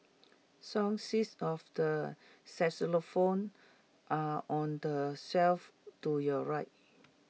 song sheets of the xylophones are on the shelf to your right